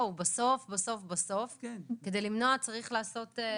בסוף כדי למנוע צריך לעשות צעדים.